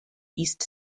east